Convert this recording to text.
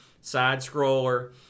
side-scroller